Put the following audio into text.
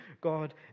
God